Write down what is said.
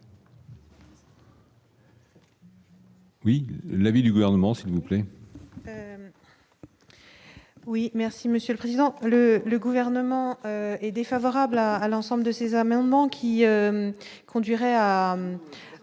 Oui, l'avis du gouvernement, s'il vous plaît. Oui, merci Monsieur le Président, le le gouvernement est défavorable à l'ensemble de ces amendements qui conduirait à